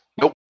Nope